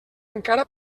encara